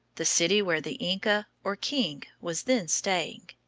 the city where the inca, or king, was then staying.